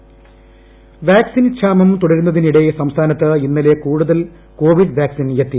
vaccine vaccine ക്ഷാമം തുടരുന്നതിനിടെ സംസ്ഥാനത്ത് ഇന്നലെ കൂടുതൽ കോവിഡ് വാക്സിൻ എത്തി